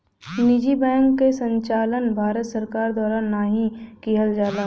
निजी बैंक क संचालन भारत सरकार द्वारा नाहीं किहल जाला